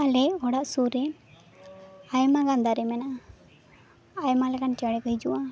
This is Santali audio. ᱟᱞᱮ ᱚᱲᱟᱜ ᱥᱩᱨ ᱨᱮ ᱟᱭᱢᱟ ᱜᱟᱱ ᱫᱟᱨᱮ ᱢᱮᱱᱟᱜᱼᱟ ᱟᱭᱢᱟ ᱞᱮᱠᱟᱱ ᱪᱮᱬᱮ ᱠᱚ ᱦᱤᱡᱩᱜᱼᱟ